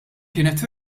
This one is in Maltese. kienet